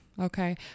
Okay